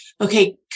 okay